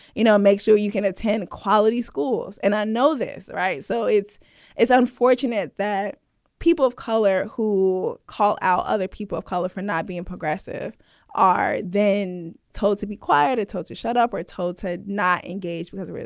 you know, make sure you can attain quality schools. and i know this. right. so it's it's unfortunate that people of color who call out other people of color for not being progressive are then told to be quiet. it told to shut up or told to not engage with it.